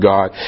God